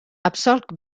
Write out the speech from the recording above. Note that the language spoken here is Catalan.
absolc